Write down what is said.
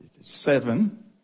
seven